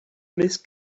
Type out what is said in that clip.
miss